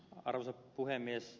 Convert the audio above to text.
arvoisa puhemies